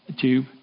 tube